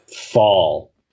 fall